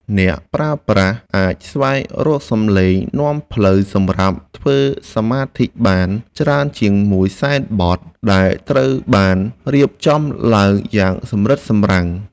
អ្នកប្រើប្រាស់អាចស្វែងរកសំឡេងនាំផ្លូវសម្រាប់ធ្វើសមាធិបានច្រើនជាងមួយសែនបទដែលត្រូវបានរៀបចំឡើងយ៉ាងសម្រិតសម្រាំង។